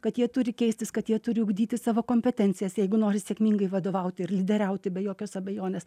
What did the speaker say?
kad jie turi keistis kad jie turi ugdyti savo kompetencijas jeigu nori sėkmingai vadovauti ir lyderiauti be jokios abejonės